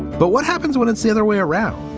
but what happens when it's the other way around,